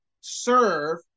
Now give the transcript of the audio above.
serve